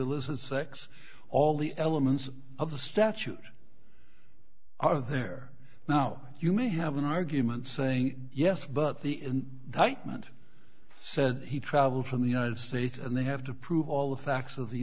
illicit sex all the elements of the statute are there now you may have an argument saying yes but the in the white man said he traveled from the united states and they have to prove all the facts of the